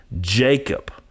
Jacob